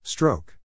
Stroke